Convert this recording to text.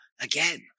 again